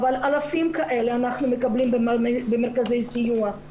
אבל אנחנו מקבלים במרכזי הסיוע אלפים כאלה.